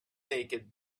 naked